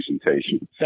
presentation